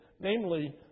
namely